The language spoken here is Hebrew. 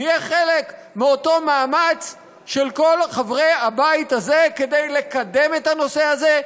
נהיה חלק מאותו מאמץ של כל חברי הבית הזה כדי לקדם את הנושא הזה,